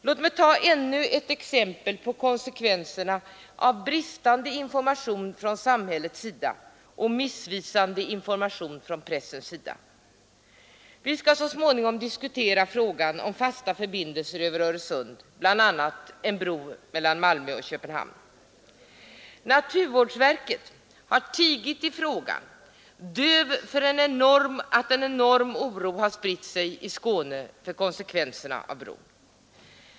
Låt mig ta ännu ett exempel på konsekvensen av bristande information från samhällets sida och missvisande information från pressens sida. Vi skall så småningom diskutera frågan om fasta förbindelser över Öresund, bl.a. en bro mellan Malmö och Köpenhamn. Naturvårdsverket har tigit i frågan, dövt för att en enorm oro har spritt sig i Skåne för konsekvenserna av bron.